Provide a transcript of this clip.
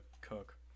cook